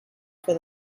for